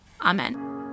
Amen